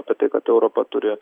apie tai kad europa turi